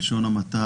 בלשון המעטה,